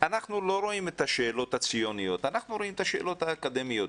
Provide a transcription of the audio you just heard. אנחנו לא רואים את השאלות הציוניות אלא את השאלות האקדמיות,